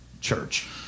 church